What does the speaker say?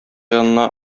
янына